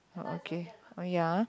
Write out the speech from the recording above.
oh okay oh ya ah